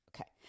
Okay